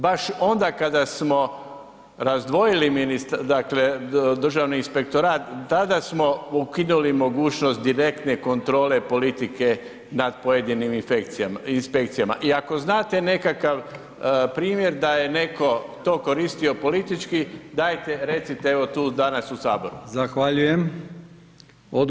Baš onda kada smo razdvojili dakle Državni inspektorat, tada smo ukinuli mogućnost direktne kontrole politike nad pojedinim inspekcijama i ako znate nekakav primjer da je netko to koristio politički, dajte recite tu evo danas u saboru.